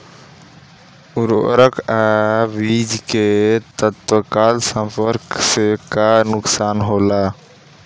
उर्वरक अ बीज के तत्काल संपर्क से का नुकसान होला?